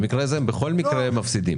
במקרה זה הם בכל מקרה מפסידים